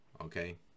okay